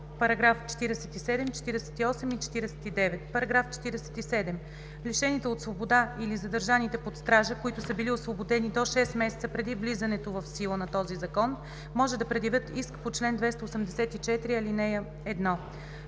нови § 47, 48 и 49: „§ 47. Лишените от свобода или задържаните под стража, които са били освободени до 6 месеца преди влизането в сила на този закон, може да предявят иск по чл. 284, ал. 1.